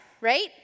right